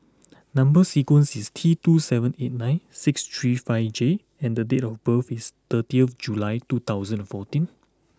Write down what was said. number sequence is T two seven eight nine six three five J and the date of birth is thirtieth July two thousand fourteen